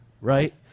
right